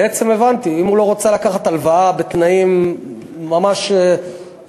בעצם הבנתי שאם הוא לא רוצה לקחת הלוואה בתנאים ממש מצוינים,